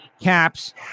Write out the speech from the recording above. Caps